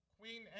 Queen